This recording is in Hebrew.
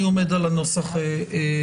אני עומד על הנוסח שלי.